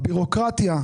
הבירוקרטיה,